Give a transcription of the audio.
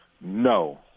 No